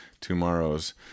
Tomorrow's